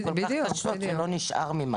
דווקא נסיבות קרביות של מוות במציאות הישראלית,